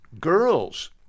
girls